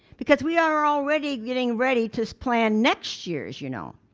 because we are already getting ready to plan next years you know.